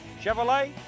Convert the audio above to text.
Chevrolet